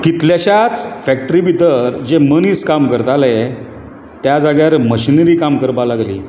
कितलेश्याच factory भितर जे मनीस काम करताले त्या जाग्यार मशिनरी काम करपाक लागली